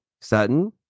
Sutton